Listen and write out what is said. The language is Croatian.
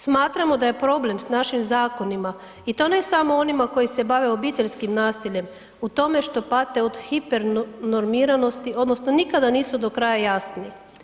Smatramo da je problem s našim zakonima i to ne samo onima koji se bave obiteljskim nasiljem u tome što pate od hipernormiranosti odnosno nikada nisu do kraja jasni.